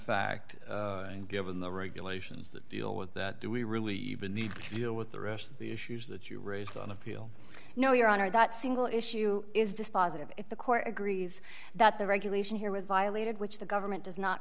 fact and given the regulations that deal with that do we really even need to deal with the rest of the issues that you raised on appeal no your honor that single issue is dispositive if the court agrees that the regulation here was violated which the government does not